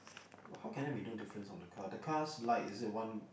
how can I be two difference on the car the car's light is it one